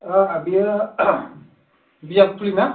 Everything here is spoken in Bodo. बेयो बिजाबखुलि ना